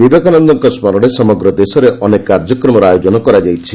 ବିବେକାନନ୍ଦଙ୍କ ସ୍କରଣେ ସମଗ୍ର ଦେଶରେ ଅନେକ କାର୍ଯ୍ୟକ୍ରମର ଆୟୋଜନ କରାଯାଇଛି